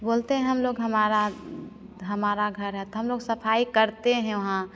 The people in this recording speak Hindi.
बोलते हैं हम लोग हमारा हमारा घर है तो हम लोग सफाई करते हैं वहाँ